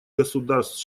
государств